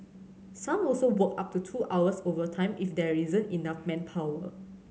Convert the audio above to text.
some also work up to two hours overtime if there isn't enough manpower